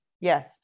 yes